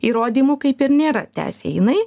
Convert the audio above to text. įrodymų kaip ir nėra tęsė jinai